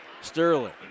Sterling